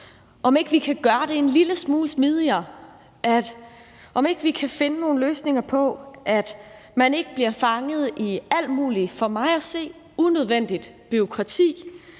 om ikke vi kan gøre det en lille smule smidigere, og om ikke vi kan finde nogle løsninger, så man ikke bliver fanget i alt muligt for mig at se unødvendigt bureaukrati,